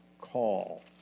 call